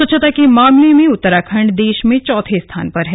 स्वच्छता के मामले में उत्तराखंड देश में चौथे स्थान पर है